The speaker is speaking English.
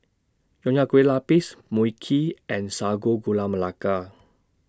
Nonya Kueh Lapis Mui Kee and Sago Gula Melaka